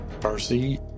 Percy